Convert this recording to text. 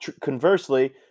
conversely